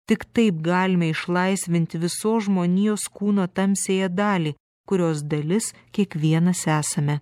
tik taip galime išlaisvinti visos žmonijos kūno tamsiąją dalį kurios dalis kiekvienas esame